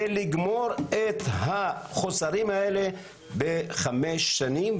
ולגמור את החוסרים האלה בחמש שנים.